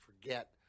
forget